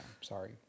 sorry